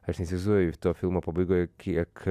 aš neįsivaizduoju to filmo pabaigoj kiek